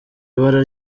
ibara